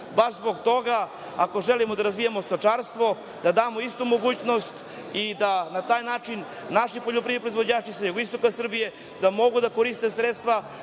Baš zbog toga, ako želimo da razvijamo stočarstvo, da damo istu mogućnost i da na taj način naši poljoprivredni proizvođači sa jugoistoka Srbije mogu da koriste sredstva,